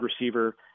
receiver